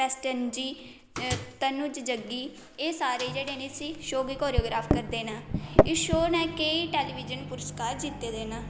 तनू चजगी एह् सारे जेह्ड़े ने इस शो गी कोरियोग्राफ करदे न इस शो ने केईं टेलीविजन पुरस्कार जित्ते दे ना